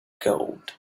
gold